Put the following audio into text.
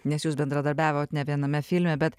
nes jūs bendradarbiavot ne viename filme bet